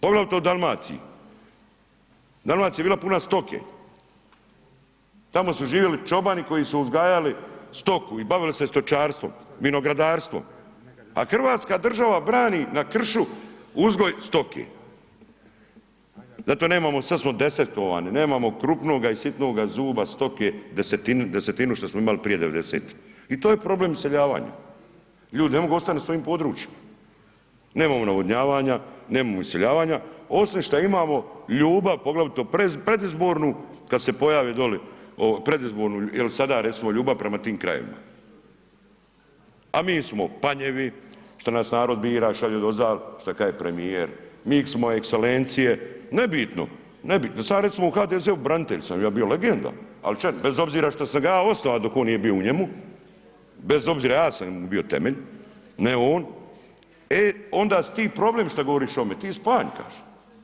Poglavito u Dalmaciji, Dalmacija je bila puna stoke, tamo su živjeli čobani koji su uzgajali stoku i bavili se stočarstvom, vinogradarstvom, a hrvatska država brani na kršu uzgoj stoke, da to nemamo, sad smo desertovani, nemamo krupnoga i sitnoga zuba stoke desetinu, desetinu što smo imali prije '90.-tih i to je problem iseljavanja, ljudi ne mogu ostat na svojim područjima, nemamo navodnjavanja, nemamo iseljavanja, osim šta imamo ljubav poglavito predizbornu kad se pojave doli, predizbornu jel sada recimo ljubav prema tim krajevima, a mi smo panjevi što nas narod bira, šalje odazdal, šta kaže premijer, mi smo ekselencije, nebitno, nebitno, sad recimo u HDZ-u branitelj sam ja bio legenda, al ća, bez obzira što sam ga ja osnova dok on nije bio u njemu, bez obzira ja sam mu bio temelj, ne on, e onda si ti problem šta govoriš o ovome, ti si panj kaže.